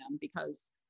because-